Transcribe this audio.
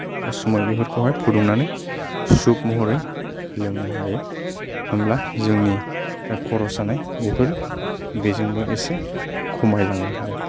उसुमै बेफोरखौहाय फुदुंनानै सुप महरै लोंनो हायो होमब्ला जोंनि जा खर' सानाय बेफोरो बेजोंबो एसे खमायलाङो आरो